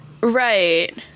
Right